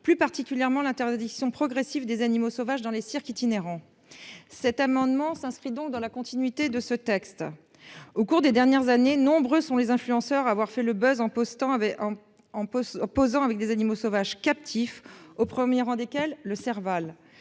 plus particulièrement l'interdiction progressive des animaux sauvages dans les cirques itinérants cet amendement s'inscrit donc dans la continuité de ce texte. Au cours des dernières années. Nombreux sont les influenceurs avoir fait le Buzz en postant avait. En poste posant avec des animaux sauvages captifs au 1er rang desquels le Serval